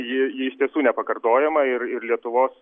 ji ji iš tiesų nepakartojama ir ir lietuvos